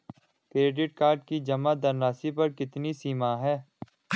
Credit card की जमा धनराशि पर कितनी सीमा है?